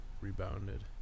rebounded